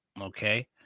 okay